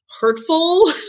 hurtful